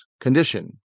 condition